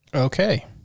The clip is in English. okay